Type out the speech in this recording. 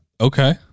okay